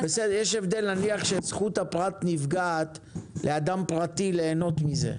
נניח שזכות הפרט נפגעת לאדם פרטי ליהנות מזה.